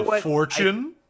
fortune